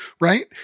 Right